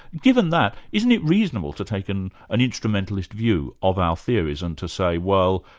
given that, isn't it reasonable to take an an instrumentalist view of our theories and to say, well,